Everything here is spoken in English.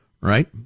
Right